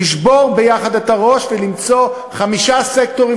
לשבור יחד את הראש ולמצוא חמישה סקטורים